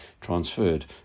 transferred